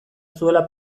zuela